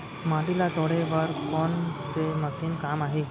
माटी ल तोड़े बर कोन से मशीन काम आही?